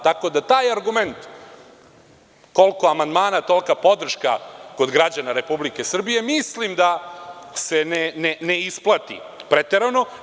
Tako da taj argument koliko amandmana – tolika podrška, kod građana Republike Srbije, mislim da se ne isplati preterano.